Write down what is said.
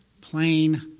Plain